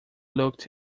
looked